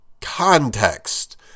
context